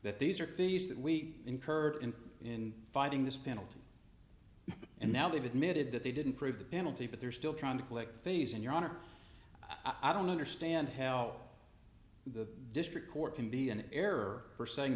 that these are fees that we incurred in in fighting this penalty and now they've admitted that they didn't prove the penalty but they're still trying to collect phase in your honor i don't understand how the district court can be an error for saying